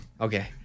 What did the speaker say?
Okay